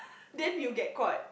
then you get caught